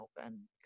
open